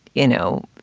you know,